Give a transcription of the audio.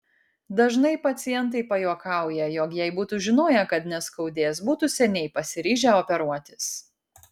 dažnai pacientai pajuokauja jog jei būtų žinoję kad neskaudės būtų seniai pasiryžę operuotis